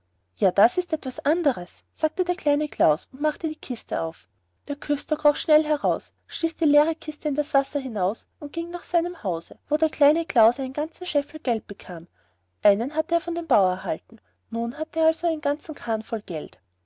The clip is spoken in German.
ja das ist etwas anderes sagte der kleine klaus und machte die kiste auf der küster kroch schnell heraus stieß die leere kiste in das wasser hinaus und ging nach seinem hause wo der kleine klaus einen ganzen scheffel geld bekam einen hatte er von dem bauer erhalten nun hatte er also seinen ganzen karren voll geld